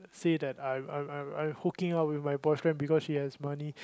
say that I I I I'm hooking up with my boyfriend because he has money